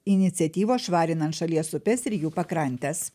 iniciatyvos švarinant šalies upes ir jų pakrantes